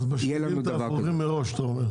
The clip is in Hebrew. אז משמידים את האפרוחים מראש, אתה אומר.